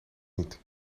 niet